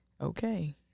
Okay